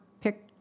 pick